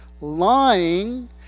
Lying